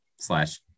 slash